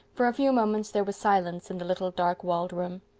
for a few moments there was silence in the little dark-walled room.